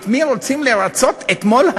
את מי רוצים לרַצות אתמול,